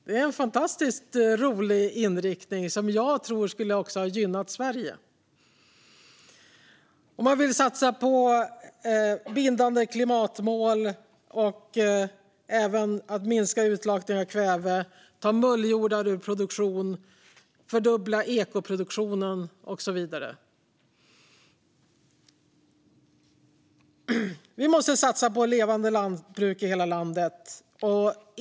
Det är en fantastiskt rolig inriktning som, tror jag, också skulle ha gynnat Sverige. Vidare vill man satsa på att ha bindande klimatmål, att minska utlakning av kväve, att ta mulljordar ur produktion, att fördubbla ekoproduktionen och så vidare. Vi måste satsa på levande lantbruk i hela landet.